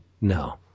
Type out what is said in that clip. No